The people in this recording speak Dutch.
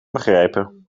begrijpen